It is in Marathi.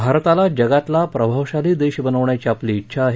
भारताला जगातला प्रभावशाली देश बनवण्याची आपली इच्छा आहे